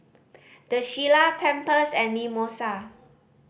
The Shilla Pampers and Mimosa